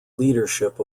leadership